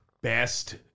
best